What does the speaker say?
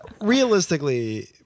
realistically